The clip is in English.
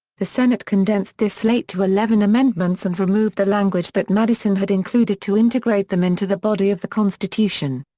the senate condensed this slate to eleven amendments and removed the language that madison had included to integrate them into the body of the constitution.